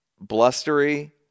blustery